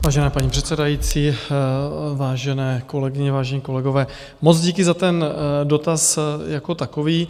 Vážená paní předsedající, vážené kolegyně, vážení kolegové, moc díky za ten dotaz jako takový.